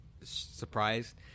surprised